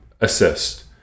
assist